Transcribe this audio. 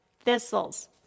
thistles